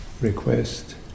request